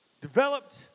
developed